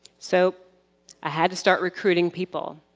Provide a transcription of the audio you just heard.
so i had to start recruiting people.